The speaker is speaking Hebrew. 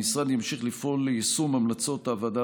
המשרד ימשיך לפעול ליישום המלצות הוועדה